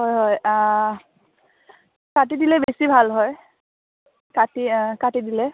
হয় হয় কাটি দিলে বেছি ভাল হয় কাটি কাটি দিলে